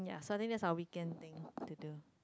suddenly that's our weekend thing to do